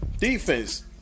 defense